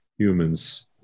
humans